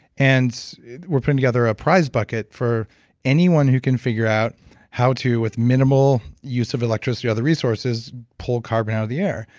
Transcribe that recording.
and we're putting together a prize bucket for anyone who can figure out how to, with minimal use of electricity or other resources, pull carbon out of the air.